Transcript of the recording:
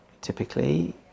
typically